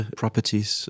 properties